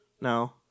No